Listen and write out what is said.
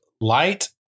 light